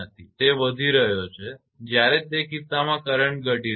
તે વધી રહયો છે જ્યારે તે કિસ્સામાં કરંટ ઘટી રહ્યો છે